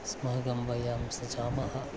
अस्माकं वयं सज्जाः